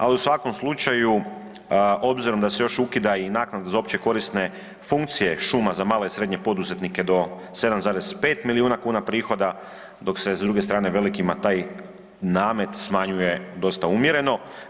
Ali u svakom slučaju obzirom da se još ukida i naknada za općekorisne funkcije šuma za male i srednje poduzetnike do 7,5 milijuna kuna prihoda, dok se s druge strane velikima taj namet smanjuje dosta umjereno.